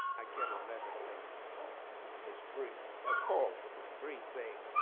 i get a letter from ms. bry, a call from ms. bry saying,